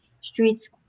streets